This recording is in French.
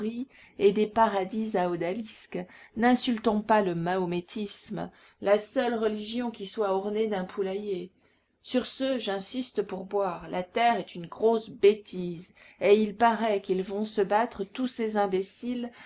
et des paradis à odalisques n'insultons pas le mahométisme la seule religion qui soit ornée d'un poulailler sur ce j'insiste pour boire la terre est une grosse bêtise et il paraît qu'ils vont se battre tous ces imbéciles